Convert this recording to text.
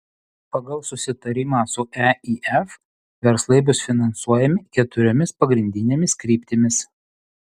pagal susitarimą su eif verslai bus finansuojami keturiomis pagrindinėmis kryptimis